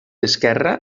esquerra